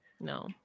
No